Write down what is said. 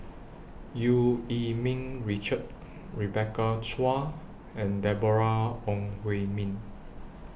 EU Yee Ming Richard Rebecca Chua and Deborah Ong Hui Min